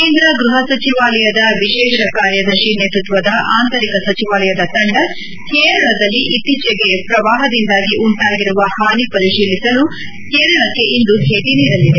ಕೇಂದ್ರ ಗ್ಬಹ ಸಚಿವಾಲಯದ ವಿಶೇಷ ಕಾರ್ಯದರ್ಶಿ ನೇತ್ಪತ್ನದ ಆಂತರಿಕ ಸಚಿವಾಲಯದ ತಂದ ಕೇರಳದಲ್ಲಿ ಇತ್ತೀಚೆಗೆ ಪ್ರವಾಹದಿಂದಾಗಿ ಉಂಟಾಗಿರುವ ಹಾನಿ ಪರಿಶೀಲಿಸಲು ಕೇರಳಕ್ಕೆ ಇಂದು ಭೇಟಿ ನೀಡಲಿದೆ